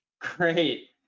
Great